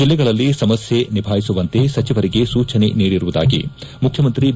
ಜಿಲ್ಲೆಗಳಲ್ಲಿ ಸಮಸ್ಯೆ ನಿಭಾಯಿಸುವಂತೆ ಸಚಿವರಿಗೆ ಸೂಚನೆ ನೀಡಿರುವುದಾಗಿ ಮುಖ್ಯಮಂತ್ರಿ ಬಿ